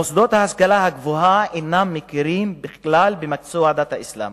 מוסדות ההשכלה הגבוהה אינם מכירים כלל במקצוע דת האסלאם